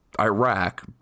Iraq